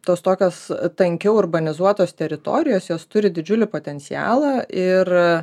tos tokios tankiau urbanizuotos teritorijos jos turi didžiulį potencialą ir